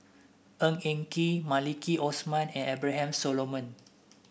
Ng Eng Kee Maliki Osman and Abraham Solomon